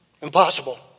Impossible